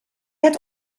het